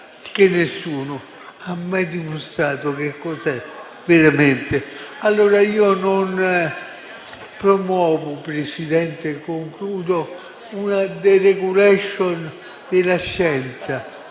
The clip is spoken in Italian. che nessuno ha mai dimostrato che cos'è veramente. Allora io non promuovo, Presidente, una *deregulation* della scienza.